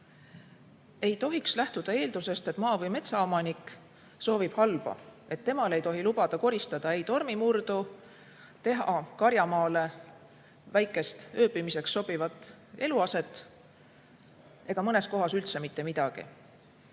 Ei tohiks lähtuda eeldusest, et maa- või metsaomanik soovib halba, et temal ei tohi lubada koristada tormimurdu, teha karjamaale väikest ööbimiseks sobivat eluaset ega mõnes kohas üldse mitte midagi.